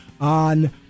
on